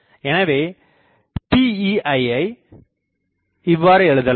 எனவே Pe ஐ இவ்வாறு எழுதலாம்